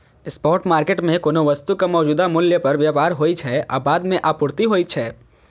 spot market मे कोनो वस्तुक मौजूदा मूल्य पर व्यापार होइ छै आ बाद मे आपूर्ति होइ छै